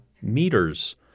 meters